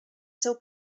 seu